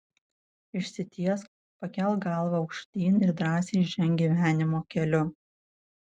išsitiesk pakelk galvą aukštyn ir drąsiai ženk gyvenimo keliu